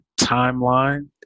timeline